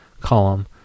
column